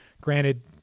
Granted